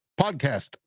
podcast